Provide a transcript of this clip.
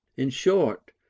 in short,